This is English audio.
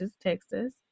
Texas